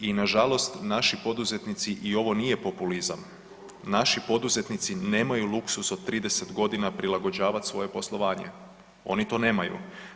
I nažalost naši poduzetnici i ovo nije populizam, naši poduzetnici nemaju luksuz od 30 godina prilagođavat svoje poslovanje, oni to nemaju.